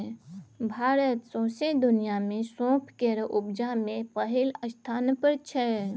भारत सौंसे दुनियाँ मे सौंफ केर उपजा मे पहिल स्थान पर छै